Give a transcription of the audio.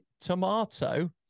tomato